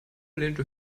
lehnte